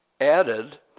added